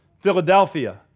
Philadelphia